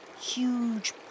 huge